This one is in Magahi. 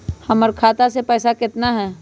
हमर खाता मे पैसा केतना है?